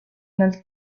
nel